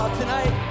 tonight